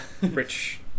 rich